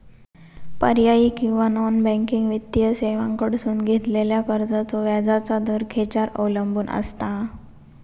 पर्यायी किंवा non banking वित्तीय सेवांकडसून घेतलेल्या कर्जाचो व्याजाचा दर खेच्यार अवलंबून आसता?